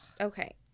Okay